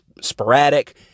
sporadic